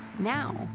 now,